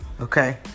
Okay